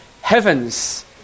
heavens